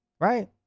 right